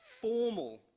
formal